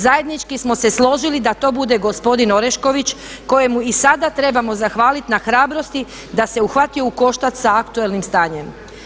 Zajednički smo se složili da to bude gospodin Orešković kojemu i sada trebamo zahvaliti na hrabrosti da se uhvatio u koštac sa aktualnim stanjem.